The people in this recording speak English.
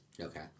Okay